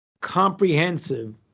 comprehensive